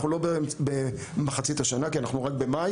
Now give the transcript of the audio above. אנחנו עוד לא במחצית השנה כי אנחנו רק במאי,